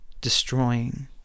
destroying